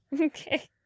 Okay